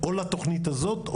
או לתוכנית הזאת,